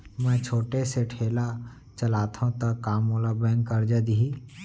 मैं छोटे से ठेला चलाथव त का मोला बैंक करजा दिही?